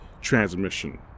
transmission